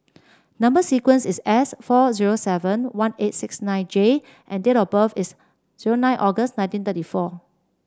number sequence is S four zero seven one eight six nine J and date of birth is zero nine August nineteen thirty four